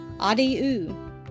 adieu